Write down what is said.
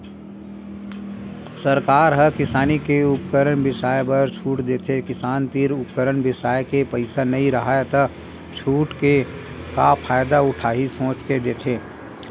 सरकार ह किसानी के उपकरन बिसाए बर छूट देथे किसान तीर उपकरन बिसाए के पइसा नइ राहय त छूट के का फायदा उठाही सोच के देथे